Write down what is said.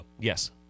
yes